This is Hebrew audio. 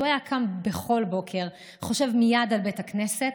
הוא היה קם בכל בוקר, חושב מייד על בית הכנסת,